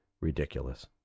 Ridiculous